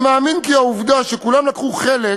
אני מאמין שהעובדה שכולם לקחו חלק